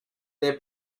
they